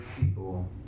people